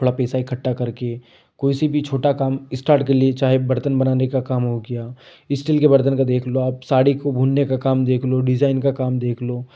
थोड़ा पैसा इकठ्ठा करके कोई सी भी छोटा काम स्टार्ट कर लिए चाहे बर्तन बनाने का काम हो गया स्टील के बर्तन का देख लो आप साड़ी को बुनने का काम देख लो डिजाईन का काम देख लो